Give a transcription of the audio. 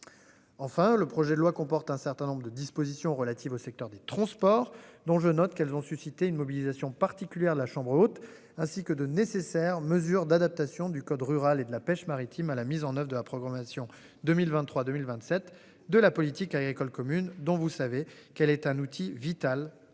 Enfin le projet de loi comporte un certain nombre de dispositions relatives au secteur des transports dont je note qu'elles ont suscité une mobilisation particulière de la chambre haute, ainsi que de nécessaires mesures d'adaptation du code rural et de la pêche maritime à la mise en oeuvre de la programmation 2023 2027, de la politique agricole commune dont vous savez qu'elle est un outil vital pour